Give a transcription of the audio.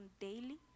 daily